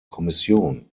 kommission